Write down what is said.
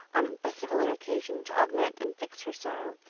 on a similar occasion, to augment and fix her sorrow,